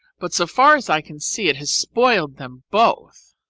but so far as i can see it has spoiled them both.